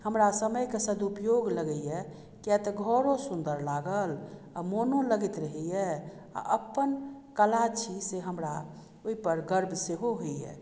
हमरा समयके सदुपयोग लगैए कियाक तऽ घरो सुन्दर लागल आ मोनो लगैत रहैए आ अपन कला छी से हमरा ओहिपर गर्व सेहो होइए